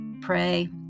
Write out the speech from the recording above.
pray